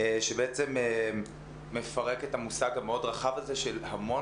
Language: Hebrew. שבעצם מפרק את המושג המאוד רחב הזה של המון